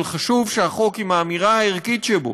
אבל חשוב שהחוק עם האמירה הערכית שבו,